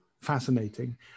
fascinating